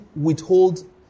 withhold